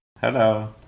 Hello